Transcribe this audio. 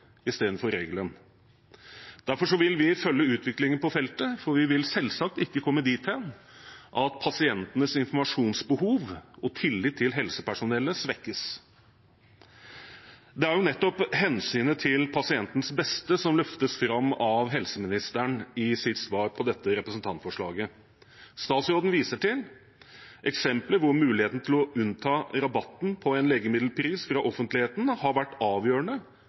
istedenfor regelen. Derfor vil vi følge utviklingen på feltet, for vi vil selvsagt ikke komme dit hen at pasientenes informasjonsbehov og tillit til helsepersonellet svekkes. Det er nettopp hensynet til pasientens beste som løftes fram av helseministeren i hans svar på dette representantforslaget. Statsråden viser til eksempler hvor muligheten til å unnta rabatten på en legemiddelpris fra offentligheten har vært avgjørende